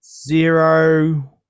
zero